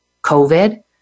COVID